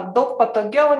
daug patogiau